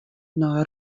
nei